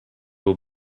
will